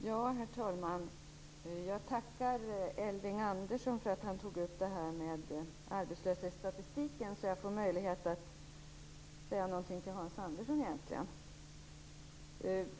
Herr talman! Elving Andersson tyckte att det var mycket positivt med arbetsmarknadspolitiken.